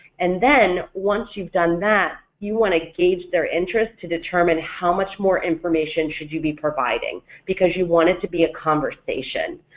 and then once you've done that, you want to gauge their interest to determine how much more information should you be providing because you want it to be a conversation.